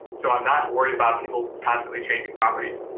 so i'm not worried about people constantly changing properties,